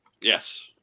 Yes